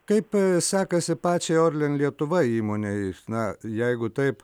kaip sekasi pačiai orlen lietuva įmonei na jeigu taip